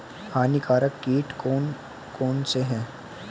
हानिकारक कीट कौन कौन से हैं?